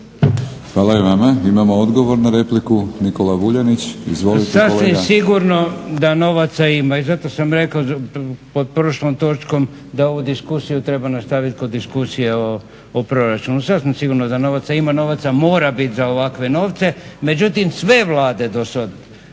Hvala i vama. Imamo odgovor na repliku. Nikola Vuljanić, izvolite! **Vuljanić, Nikola (Hrvatski laburisti - Stranka rada)** Sasvim sigurno da novaca ima i zato sam rekao pod prošlom točkom da ovu diskusiju treba nastaviti kod diskusije o Proračunu. Sasvim sigurno da novaca ima, novaca mora biti za ovakve stvari. Međutim, sve vlade do sada,